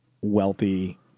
wealthy